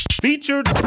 Featured